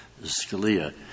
Scalia